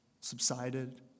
subsided